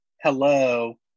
Hello